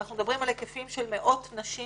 אנחנו מדברים על היקפים של מאות נשים